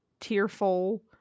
tearful